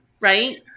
Right